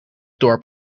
dorp